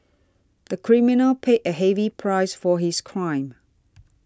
the criminal paid a heavy price for his crime